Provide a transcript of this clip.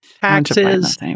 taxes